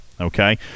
Okay